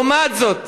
לעומת זאת,